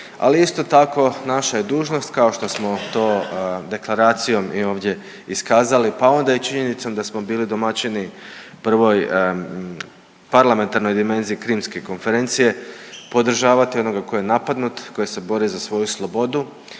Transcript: ali isto tako naša je dužnost kao što smo to deklaracijom i ovdje iskazali, pa onda i činjenicom da smo bili domaćini Prvoj parlamentarnoj dimenziji krimske konferencije, podržavati onoga ko je napadnut, koji se bori za svoju slobodu